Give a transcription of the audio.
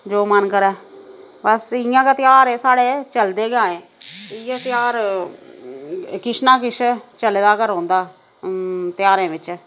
जो मन करै बस इ'यां गै ध्यार एह् साढ़े चलदे गै आए इ'यै ध्यार किश ना किश चलै दा गै रौहंदा ध्यारें बिच